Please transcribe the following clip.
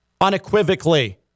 Unequivocally